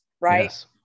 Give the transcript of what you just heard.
right